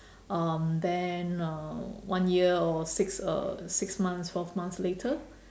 um then uh one year or six uh six months twelve months later